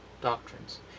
doctrines